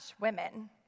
women